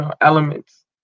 elements